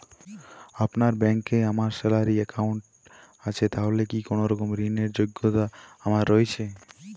আপনার ব্যাংকে আমার স্যালারি অ্যাকাউন্ট আছে তাহলে কি কোনরকম ঋণ র যোগ্যতা আমার রয়েছে?